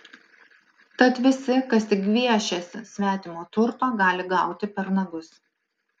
tad visi kas tik gviešiasi svetimo turto gali gauti per nagus